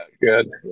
good